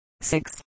six